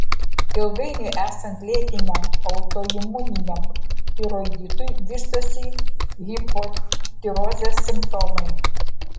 ilgainiui esant lėtiniam autoimuniniam tiroiditui vystosi hipotirozės simptomai